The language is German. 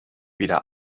wieder